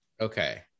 Okay